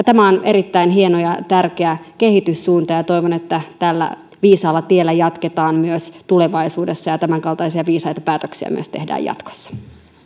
tämä on erittäin hieno ja tärkeä kehityssuunta ja toivon että tällä viisaalla tiellä jatketaan myös tulevaisuudessa ja tämänkaltaisia viisaita päätöksiä tehdään myös jatkossa